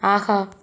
ஆஹா